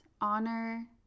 honor